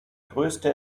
größte